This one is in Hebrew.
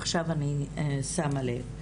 עכשיו אני שמה לב,